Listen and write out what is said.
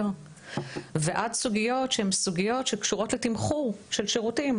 ועד סוגיות שהן סוגיות שקשורות לתמחור של שירותים,